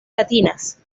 latinas